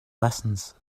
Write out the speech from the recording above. lessons